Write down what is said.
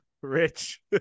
Rich